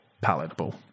palatable